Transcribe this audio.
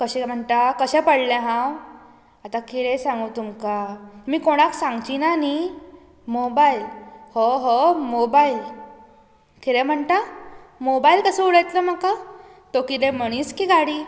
तशें म्हणटा कशें पळ्ळें हांव आतां कितें सांगूं तुमकां तुमी कोणाक सांगची ना न्हय मोबायल हो हो मोबायल कितें म्हणटा मोबायल कसो उडयतलो म्हाका तो कितें मनीस की गाडी